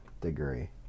degree